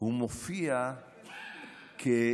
הוא מופיע כאדם